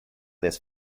this